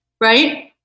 right